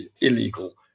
illegal